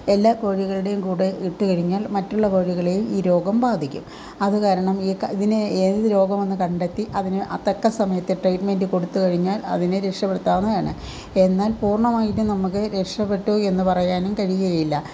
എല്ലാ കോഴികളുടെയും കൂടെ ഇട്ട് കഴിഞ്ഞാൽ മറ്റുള്ള കോഴികളെയും ഈ രോഗം ബാധിക്കും അത് കാരണം ഈ ഇതിനെ ഏത് രോഗമെന്ന് കണ്ടെത്തി അതിന് ആ തക്ക സമയത്ത് ട്രീറ്റ്മൻ്റ് കൊടുത്ത് കഴിഞ്ഞാൽ അതിനെ രക്ഷപ്പെടുത്താവുന്നതാണ് എന്നാൽ പൂർണമായിട്ടും നമക്ക് രക്ഷപെട്ടു എന്ന് പറയാനും കഴിയ്കയില്ല